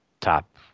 top